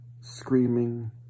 screaming